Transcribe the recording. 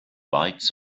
bites